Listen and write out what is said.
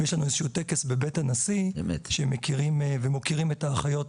ויש איזשהו טקס בבית הנשיא שמכירים ומוקירים את האחיות